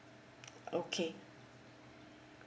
okay